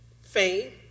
fame